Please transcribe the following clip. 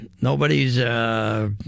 nobody's